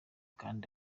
kandi